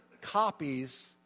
copies